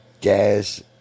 gas